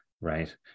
Right